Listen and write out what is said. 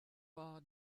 war